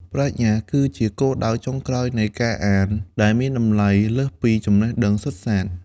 ប្រាជ្ញា គឺជាគោលដៅចុងក្រោយនៃការអាន ដែលមានតម្លៃលើសពីចំណេះដឹងសុទ្ធសាធ។